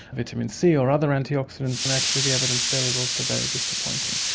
vitamin c or other antioxidants, and actually the evidence there is also very disappointing.